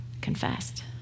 confessed